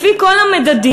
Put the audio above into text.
לפי כל המדדים,